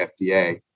fda